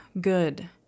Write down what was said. good